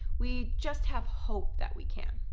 we just have hope that we can.